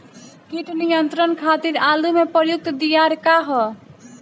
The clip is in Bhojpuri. कीट नियंत्रण खातिर आलू में प्रयुक्त दियार का ह?